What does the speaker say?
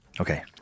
Okay